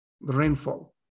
rainfall